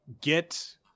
get